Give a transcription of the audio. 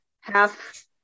half